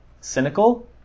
cynical